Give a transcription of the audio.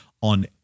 on